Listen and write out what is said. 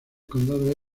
condado